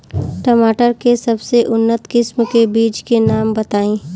टमाटर के सबसे उन्नत किस्म के बिज के नाम बताई?